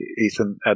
Ethan